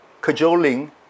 cajoling